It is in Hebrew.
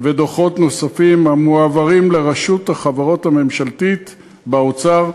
ודוחות נוספים המועברים לרשות החברות הממשלתית באוצר.